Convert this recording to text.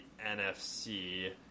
NFC